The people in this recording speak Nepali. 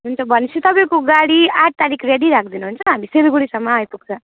हुन्छ भनेपछि तपाईँको गाडी आठ तारिक रेडी राखिदिनु हुन्छ हामी सिलगुडीसम्म आइपुग्छ